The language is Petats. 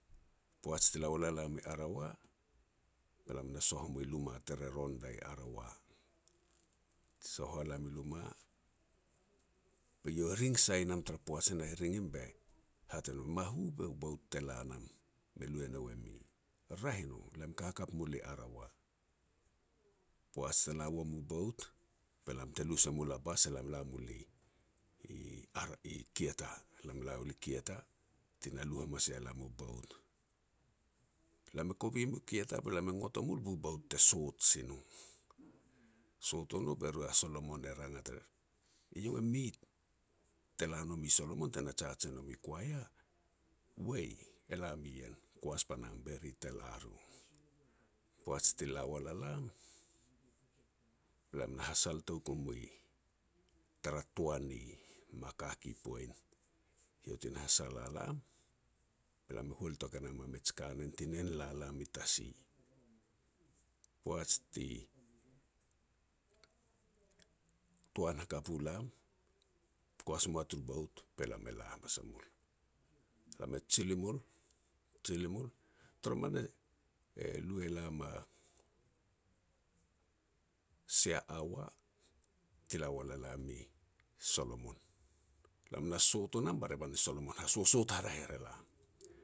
Poaj ti la wal a lam i Arawa, be lam na soh mui luma tere Ronda i Arawa. Ti soh wa lam i luma, be eiau e ring sai nam tara poaj ne heh. Ring im be haj ne no, "Mahu bou bout te la nam, me lu e nou e mi." "Raeh i no, lam ka hakap mul i Arawa." Poaj te la wam u bout be lam te lu se mul a bas be elam e la mul i-i Ara i Kieta, lam la wal i Kieta, ti na lu hamas ya lam u bout. Lam i kovi mui Kieta be lam e ngot o mul bu bout te sot si no. Sot o no be ru a Soloman e rangat ar, "Iau e mi te la lomi Solomon, tena jaj e nomi u koya?" "Wai, elam ien." "Koas pan am be ri te laru." Poaj ti la wal a lam be lam na hasal touk o mui tara toan i Makaki poin, iou ti na hasal a lam, be lam hual touk e nam a mij kanen ti nen la lam i tasi. Poaj ti toan hakap u lam, koas moa turu bout, be lam e la hamas a mul. Lam e jil i mul, jil i mul, toroman e-e lu elam a sia awa ti la wal a lam i Solomon. Be lam na sot o nam ba revan ni Solomon e hasosot hareah er elam.